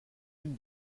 une